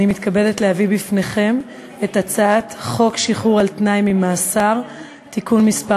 אני מתכבדת להביא בפניכם את הצעת חוק שחרור על-תנאי ממאסר (תיקון מס'